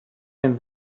and